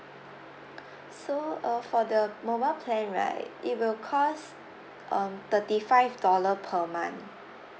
so uh for the mobile plan right it will cost um thirty five dollar per month